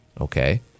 okay